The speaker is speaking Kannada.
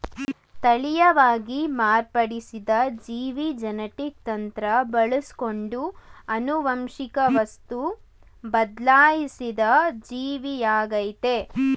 ತಳೀಯವಾಗಿ ಮಾರ್ಪಡಿಸಿದ ಜೀವಿ ಜೆನೆಟಿಕ್ ತಂತ್ರ ಬಳಸ್ಕೊಂಡು ಆನುವಂಶಿಕ ವಸ್ತುನ ಬದ್ಲಾಯ್ಸಿದ ಜೀವಿಯಾಗಯ್ತೆ